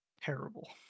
terrible